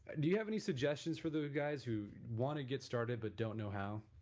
do you have any suggestions for those guys who want to get started but don't know how?